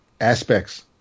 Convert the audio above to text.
aspects